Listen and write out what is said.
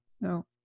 no